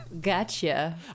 Gotcha